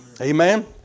Amen